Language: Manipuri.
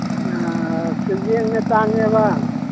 ꯑ ꯁꯦꯟꯖꯦꯡꯅ ꯇꯥꯡꯉꯦꯕ